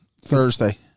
Thursday